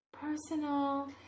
Personal